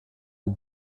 aux